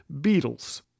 beetles